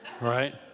right